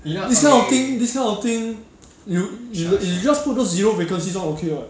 this kind of thing this kind of thing you you you just put those zero vacancies [one] okay [what]